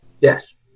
Yes